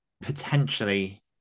potentially